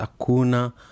Akuna